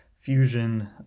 fusion